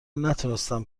نتونستم